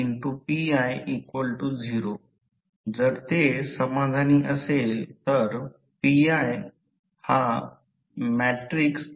तर प्रत्यक्षात रोहीत्र मध्ये भार बदलतो तेव्हा I बदलतो म्हणून या तांबे लॉस हा एक लॉस आहे